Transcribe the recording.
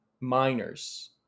miners